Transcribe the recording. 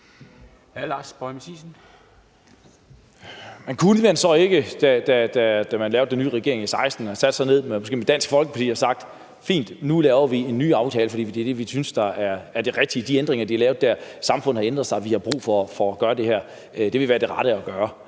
Men kunne man så ikke, da man dannede den nye regering i 2016, have sat sig ned med måske Dansk Folkeparti og sagt: Fint, nu laver vi en ny aftale, for de ændringer, de lavede dér, synes vi er de rigtige; samfundet har ændret sig, og vi har brug for at gøre det her, og det vil være det rette at gøre?